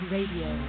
Radio